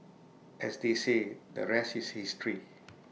as they say the rest is history